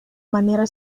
manera